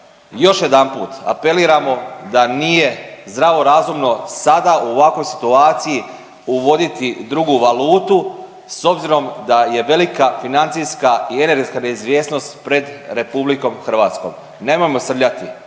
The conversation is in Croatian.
Još jedanput apeliramo da nije zdravo razumno sada u ovakvoj situaciji uvoditi drugu valutu s obzirom da je velika financijska i energetska neizvjesnost pred RH, nemojmo srljati